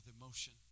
emotion